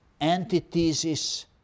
antithesis